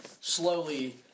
slowly